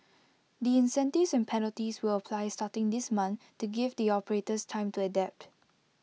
the incentives and penalties will apply starting this month to give the operators time to adapt